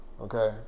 Okay